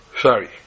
sorry